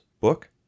book